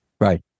Right